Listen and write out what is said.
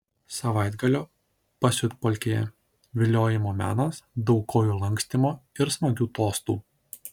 savaitgalio pasiutpolkėje viliojimo menas daug kojų lankstymo ir smagių tostų